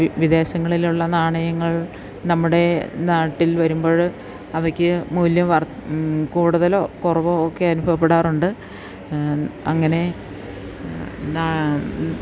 വിദേശങ്ങളിലുള്ള നാണയങ്ങൾ നമ്മുടെ നാട്ടിൽ വരുമ്പോള് അവയ്ക്കു മൂല്യം വർ കൂടുതലോ കുറവോ ഒക്കെ അനുഭവപ്പെടാറുണ്ട് അങ്ങനെ